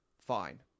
Fine